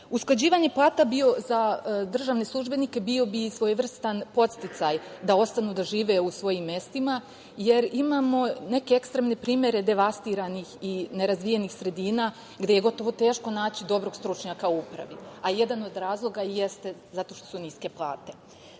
slučaj. Usklađivanje plata bi za državne službenike bio svojevrstan podsticaj da ostanu da žive u svojim mestima, jer imamo neke ekstremne primere devastiranih i nerazvijenih sredina, gde je gotovo teško naći dobrog stručnjaka u upravi, a jedan od razloga jeste zato što su niske plate. Plate